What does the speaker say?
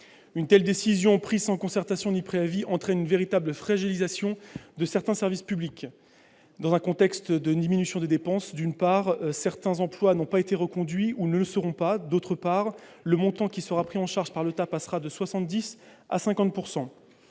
Une telle décision, prise sans concertation ni préavis, entraîne une véritable fragilisation de certains services publics, dans un contexte de diminution des dépenses : d'une part, certains emplois n'ont pas été reconduits ou ne le seront pas ; d'autre part, le montant qui sera pris en charge par l'État passera de 70 % à 50 %.